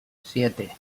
siete